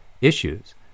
issues